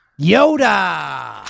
Yoda